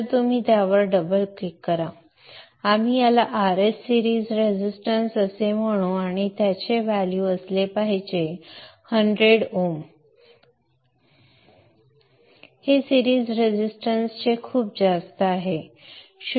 तर तुम्ही त्यावर डबल क्लिक करा आम्ही याला Rs सिरीज रेझिस्टन्स असे म्हणू आणि त्याचे व्हॅल्यू असले पाहिजे आणि 100 ohms देऊ नका हे सिरीज रेझिस्टन्स चे खूप जास्त आहे 0